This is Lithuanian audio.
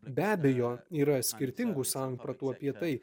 be abejo yra skirtingų sampratų apie tai